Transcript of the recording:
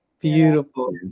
Beautiful